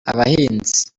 abahinzi